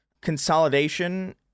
consolidation